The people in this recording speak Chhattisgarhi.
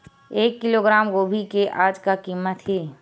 एक किलोग्राम गोभी के आज का कीमत हे?